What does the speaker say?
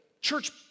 church